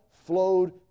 flowed